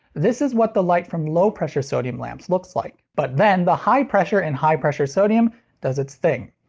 this is what the light from low pressure sodium lamps looks like. but then the high pressure in high pressure sodium does its thing.